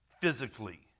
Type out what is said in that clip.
physically